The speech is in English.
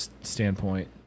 standpoint